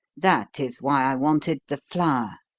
that is why i wanted the flour.